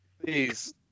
Please